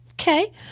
Okay